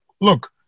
look